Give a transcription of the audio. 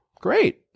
Great